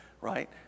right